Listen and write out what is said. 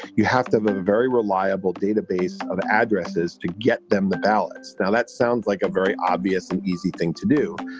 you have to have a very reliable database of addresses to get them the ballots. now, that sounds like a very obvious and easy thing to do,